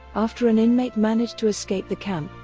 after an inmate managed to escape the camp,